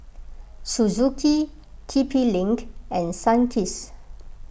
Suzuki T P link and Sunkist